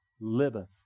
liveth